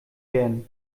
werden